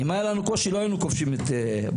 אם היה לנו קושי לא היינו כובשים את הבופור.